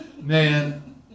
man